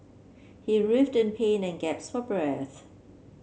he writhed in pain and gasped for breath